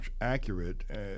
accurate